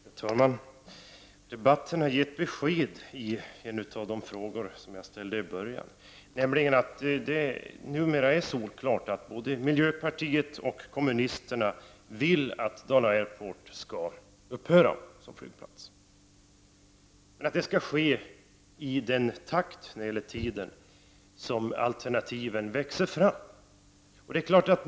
Herr talman! Debatten har gett besked i en av de frågor som jag ställde i början, nämligen att det numera är solklart att både miljöpartiet och kommunisterna vill att Dala Airport skall upphöra som flygplats, men också att det skall ske i den takt som alternativen växer fram.